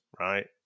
right